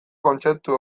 kontzeptu